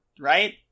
right